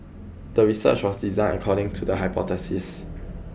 the research was designed according to the hypothesis